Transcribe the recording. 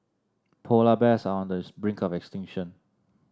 polar bears are on the brink of extinction